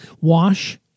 Wash